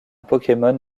pokémon